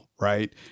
right